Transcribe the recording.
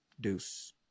Deuce